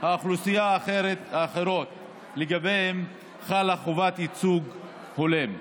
האוכלוסייה האחרות שלגביהן חלה חובת ייצוג הולם.